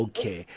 Okay